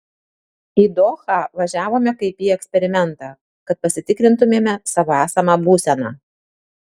į dohą važiavome kaip į eksperimentą kad pasitikrintumėme savo esamą būseną